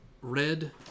red